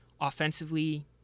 Offensively